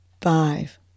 five